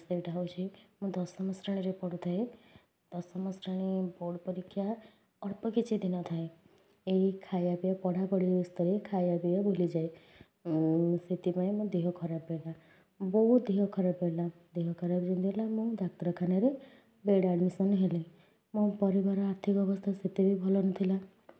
ସେଇଟା ହେଉଛି ମୁଁ ଦଶମ ଶ୍ରେଣୀରେ ପଢ଼ୁଥାଏ ଦଶମ ଶ୍ରେଣୀ ବୋର୍ଡ଼ ପରିକ୍ଷା ଅଳ୍ପ କିଛିଦିନ ଥାଏ ଏହି ଖାଇବା ପିଇବା ପଢ଼ାପଢ଼ି ବ୍ୟସ୍ତରେ ଖାଇବା ପିଇବା ଭୁଲିଯାଏ ସେଥିପାଇଁ ମୋ ଦେହ ଖରାପ ହେଲା ବହୁତ ଦେହ ଖରାପ ହେଲା ଦେହ ଖରାପ ଯେମିତି ହେଲା ମୁଁ ଡାକ୍ତରଖାନାରେ ବେଡ଼୍ ଆଡ଼ମିସନ୍ ହେଲି ମୋ ପରିବାର ଆର୍ଥିକ ଅବସ୍ଥା ସେତେ ବି ଭଲ ନଥିଲା